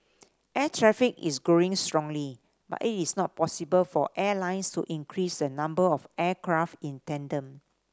air traffic is growing strongly but it is not possible for airlines to increase the number of aircraft in tandem